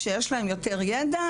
כשיש להם יותר ידע,